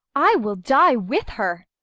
i will die with her.